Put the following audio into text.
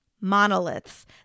monoliths